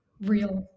real